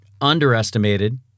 Underestimated